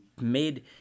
made